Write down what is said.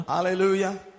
Hallelujah